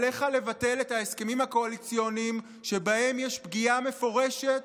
עליך לבטל את ההסכמים הקואליציוניים שבהם יש פגיעה מפורשת